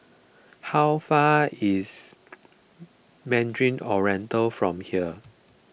how far is Mandarin Oriental from here